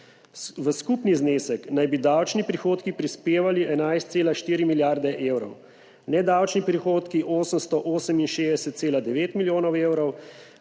V skupni znesek naj bi davčni prihodki prispevali 11,4 milijarde evrov, nedavčni prihodki 868,9 milijona evrov,